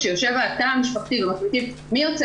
כשיושב התא המשפחתי ומחליטים מי יוצא